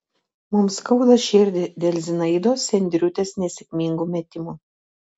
mums skauda širdį dėl zinaidos sendriūtės nesėkmingų metimų